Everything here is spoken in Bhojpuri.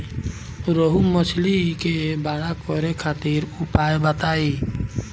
रोहु मछली के बड़ा करे खातिर उपाय बताईं?